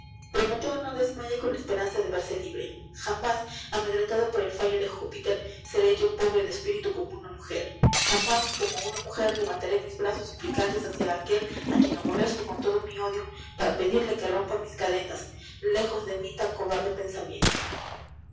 prometeo no desmaye con la esperanza de verse libre jatnás amedrentado por el fallo de júpiter seré yo pobre de espiritu como una mujer jamás como una mujer levantaré mis brazos suplicantes h ia aquel á quien aborrasco con todo mi ódio para pedirle que rompa mis cadenas lejos de mi tan cobarde pensamiento